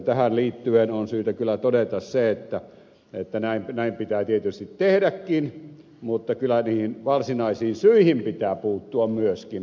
tähän liittyen on syytä kyllä todeta se että näin pitää tietysti tehdäkin mutta kyllä niihin varsinaisiin syihin pitää puuttua myöskin